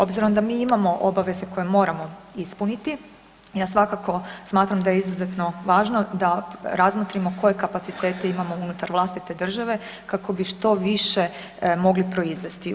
Obzirom da mi imamo obaveze koje moramo ispuniti, ja svakako smatram da je izuzetno važno da razmotrimo koje kapacitete imamo unutar vlastite države kako bi što više mogli proizvesti.